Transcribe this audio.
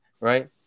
Right